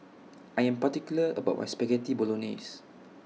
I Am particular about My Spaghetti Bolognese